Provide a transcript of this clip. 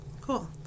Cool